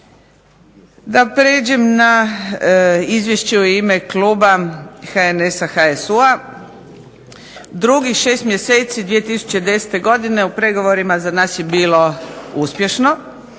Da pređem na izvješće u ime kluba HNS-HSU-a, drugih 6 mjeseci 2010. godine u pregovorima za nas je bilo uspješno